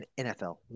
NFL